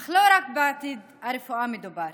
אך לא רק בעתיד הרפואה מדובר,